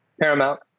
paramount